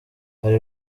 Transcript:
hari